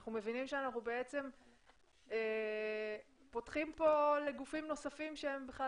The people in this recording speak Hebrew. אנחנו מבינים שאנחנו בעצם פותחים כאן לגופים נוספים שהם בכלל